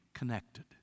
Connected